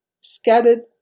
scattered